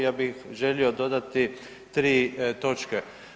Ja bih želio dodati 3 točke.